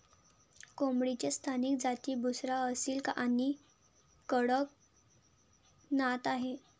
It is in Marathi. कोंबडीच्या स्थानिक जाती बुसरा, असील आणि कडकनाथ आहेत